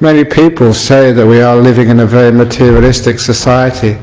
many people say that we are living in a very materialistic society